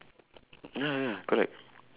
ya ya correct